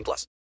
Plus